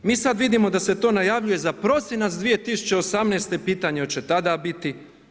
Mi sad vidimo da se to najavljuje za prosinac 2018., pitanje da li će tada biti.